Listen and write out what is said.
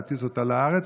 להטיס אותה לארץ,